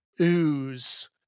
ooze